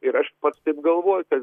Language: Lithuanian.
ir aš pats taip galvoju kad